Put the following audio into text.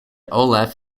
olaf